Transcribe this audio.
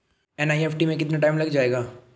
NEFT में कितना time लग जाएगा?